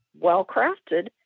well-crafted